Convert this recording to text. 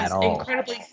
incredibly